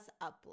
upload